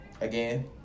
Again